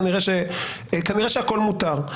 כנראה שהכול מותר.